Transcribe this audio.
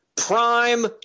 Prime